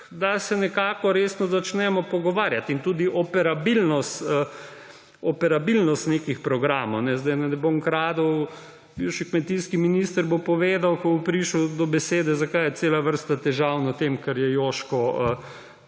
da se nekako resno začnemo pogovarjati. In tudi operabilnost nekih programov. Da ne bom kradel, bivši kmetijski minister bo povedal, ko bo prišel do besede, zakaj je cela vrsta težav pri tem, kar je Jožko